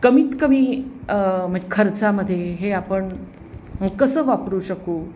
कमीतकमी मग खर्चामध्ये हे आपण कसं वापरू शकू